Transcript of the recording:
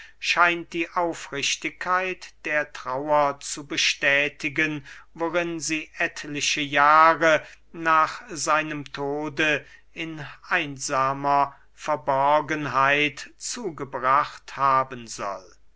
scheint die aufrichtigkeit der trauer zu bestätigen worin sie etliche jahre nach seinem tode in einsamer verborgenheit zugebracht haben soll